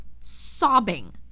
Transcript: sobbing